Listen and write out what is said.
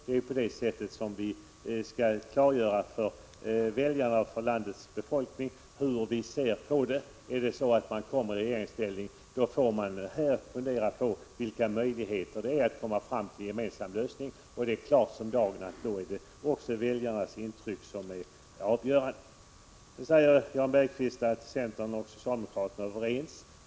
Det är på det sättet som vi skall klargöra för väljarna och för landets befolkning hur vi ser på skattefrågorna. Kommer vi i regeringsställning, får vi fundera på vilka möjligheter vi har att nå fram till en gemensam lösning. Det är klart som dagen att det också då är väljarnas intryck som är avgörande. Jan Bergqvist sade att centern och socialdemokraterna är överens.